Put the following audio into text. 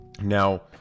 Now